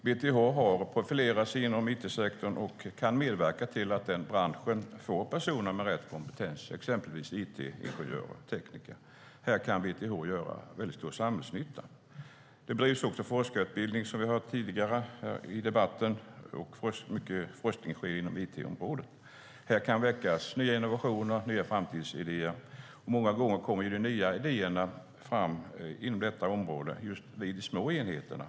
BTH har profilerat sig inom it-sektorn och kan medverka till att den branschen får personer med rätt kompetens, till exempel it-ingenjörer och tekniker. Här kan BTH göra stor samhällsnytta. Det bedrivs också forskarutbildning, som vi har hört tidigare i debatten. Mycket forskning sker inom it-området. Här kan väckas nya innovationer och nya framtidsidéer. Många gånger kommer de nya idéerna fram vid de små enheterna.